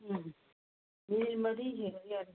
ꯎꯝ minute ꯃꯔꯤ ꯍꯦꯜꯂꯒ ꯌꯥꯔꯦ